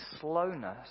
slowness